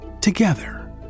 together